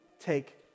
take